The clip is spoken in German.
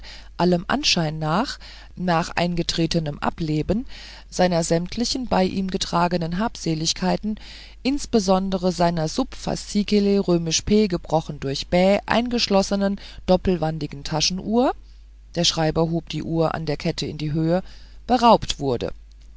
allem anscheine nach nach eingetretenem ableben seiner sämtlichen bei ihm getragenen habseligkeiten insbesondere seiner sub faszikel römisch p gebrochen durch bäh beigeschlossenen doppelmanteligen taschenuhr der schreiber hob die uhr an der kette in die höhe beraubt wurde